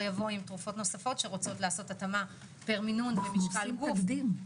יבואו עם תרופות נוספות שרוצות לעשות התאמה פר מינון ומשקל גוף,